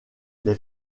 les